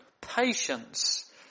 Patience